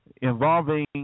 involving